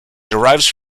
derives